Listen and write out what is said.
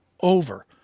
over